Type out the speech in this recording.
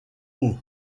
haut